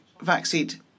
vaccinated